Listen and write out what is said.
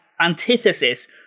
antithesis